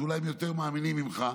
שאולי הם יותר מאמינים ממך,